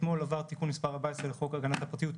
אתמול עבר תיקון מס' 14 לחוק הגנת הפרטיות,